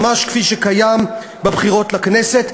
ממש כפי שקיים בבחירות לכנסת.